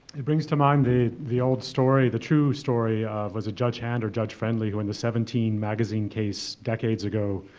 it brings to mind the the old story, the true story, of, was it judge hand or judge friendly, who, in the seventeen magazine case decades ago,